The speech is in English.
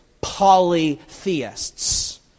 polytheists